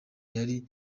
yari